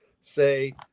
say